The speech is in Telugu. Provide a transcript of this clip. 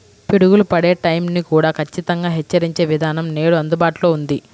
పిడుగులు పడే టైం ని కూడా ఖచ్చితంగా హెచ్చరించే విధానం నేడు అందుబాటులో ఉంది